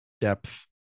depth